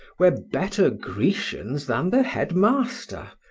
were better grecians than the head master,